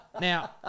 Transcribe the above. Now